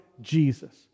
jesus